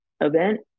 event